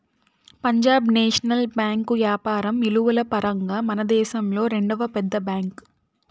పంజాబ్ నేషనల్ బేంకు యాపారం ఇలువల పరంగా మనదేశంలో రెండవ పెద్ద బ్యాంక్